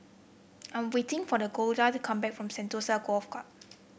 I'm waiting for the Golda come back from Sentosa Golf Club